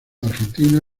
argentina